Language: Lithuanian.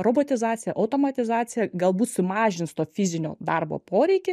robotizacija automatizacija galbūt sumažins to fizinio darbo poreikį